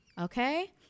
okay